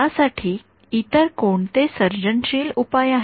यासाठी इतर कोणते सर्जनशील उपाय आहेत